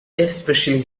especially